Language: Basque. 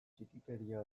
txikikeria